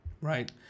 right